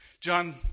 John